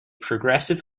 progressive